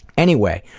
anyway,